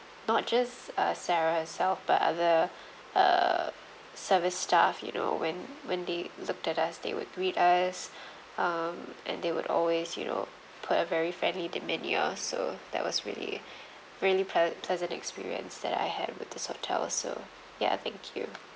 not just uh sarah herself but other err service staff you know when when they looked at us they would greet us um and they would always you know put a very friendly demeanour also that was really really plea~ pleasant experience that I had with this hotel also ya thank you